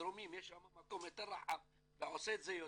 יש שם מקום יותר רחב וזה יותר טוב,